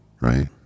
right